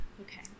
Okay